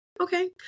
okay